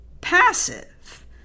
passive